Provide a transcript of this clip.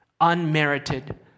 Unmerited